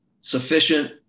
sufficient